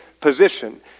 position